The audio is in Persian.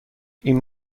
این